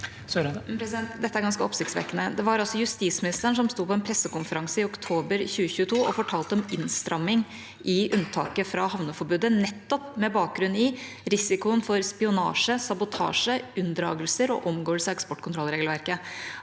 Dette er ganske oppsiktsvekkende. Det var altså justisministeren som sto på en pressekonferanse i oktober 2022 og fortalte om innstramming i unntaket fra havneforbudet, nett opp med bakgrunn i risikoen for spionasje, sabotasje, unndragelser og omgåelse av eksportkontrollregelverket.